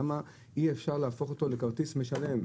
למה אי אפשר להפוך אותו לכרטיס משלם?